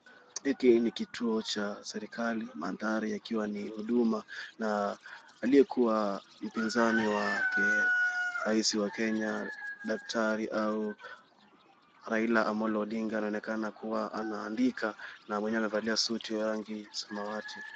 Hiki ni kituo cha serikali mandhari yakiwa ni huduma na aliyekuwa mpinzani wake rais wa Kenya daktari au Raila Amolo Odinga anaonekana kuwa anaandika na mwenyewe amevalia suti ya rangi samawati.